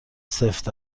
سفت